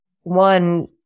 one